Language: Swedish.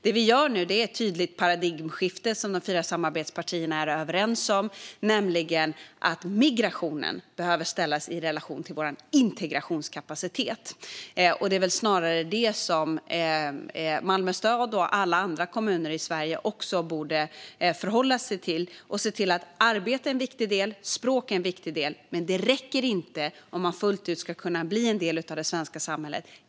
Vi genomför nu ett tydligt paradigmskifte, vilket de fyra samarbetspartierna är överens om. Migrationen behöver ställas i relation till vår integrationskapacitet. Det är snarare det som Malmö stad och alla andra kommuner i Sverige också borde förhålla sig till, och här är arbete och språk en viktig del. Men det räcker inte om man fullt ut ska kunna bli en del av det svenska samhället.